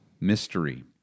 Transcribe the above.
mystery